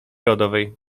rodowej